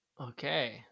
Okay